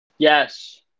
Yes